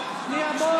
שב, בועז.